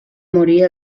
morir